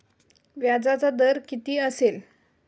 व्याजाचा दर किती असेल?